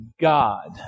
God